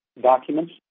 documents